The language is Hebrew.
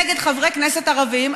נגד חברי כנסת ערבים,